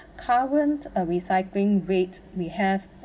current uh recycling rate we have